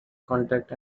contact